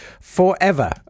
forever